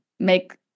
make